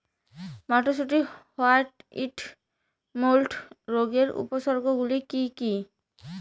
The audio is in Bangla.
মটরশুটির হোয়াইট মোল্ড রোগের উপসর্গগুলি কী কী?